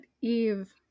Eve